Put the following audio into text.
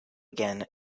again